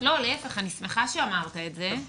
לא, להפך, אני שמחה שאמרת את זה,